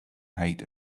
height